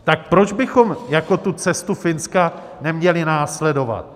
Tak proč bychom tu cestu Finska neměli následovat?